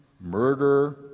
murder